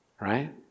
Right